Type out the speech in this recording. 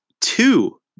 two